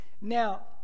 Now